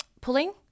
Pulling